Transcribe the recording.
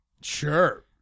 Sure